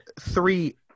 three